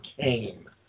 came